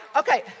okay